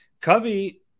Covey